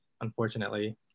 unfortunately